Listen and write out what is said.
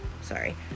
Sorry